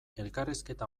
elkarrizketa